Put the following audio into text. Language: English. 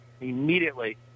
immediately